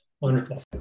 Wonderful